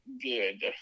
good